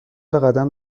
بقدم